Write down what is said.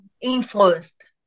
influenced